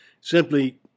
Simply